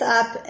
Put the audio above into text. up